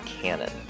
canon